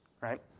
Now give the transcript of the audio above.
right